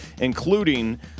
including